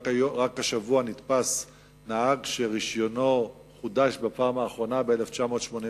רק השבוע נתפס נהג שרשיונו חודש בפעם האחרונה ב-1986.